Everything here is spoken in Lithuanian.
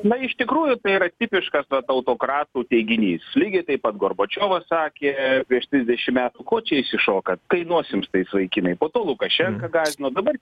na iš tikrųjų tai yra tipiškas vat autokratų teiginys lygiai taip pat gorbačiovas sakė prieš trisdešim metų ko čia išsišokat kainuos jums tai vaikinai po to lukašenka gąsdino dabar